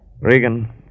Regan